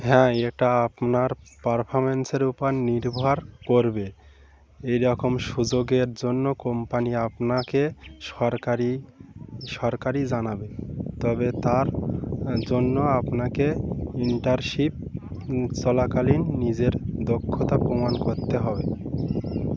হ্যাঁ এটা আপনার পারফমেন্সের উপর নির্ভর করবে এই রকম সুযোগের জন্য কোম্পানি আপনাকে সরকারি সরকারি জানাবে তবে তার জন্য আপনাকে ইন্টার্নশিপ চলাকালীন নিজের দক্ষতা প্রমাণ করতে হবে